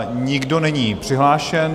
Nikdo není přihlášen.